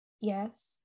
Yes